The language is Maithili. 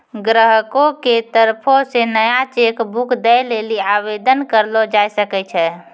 ग्राहको के तरफो से नया चेक बुक दै लेली आवेदन करलो जाय सकै छै